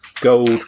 gold